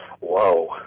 Whoa